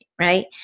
right